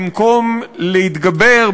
במקום להתגבר,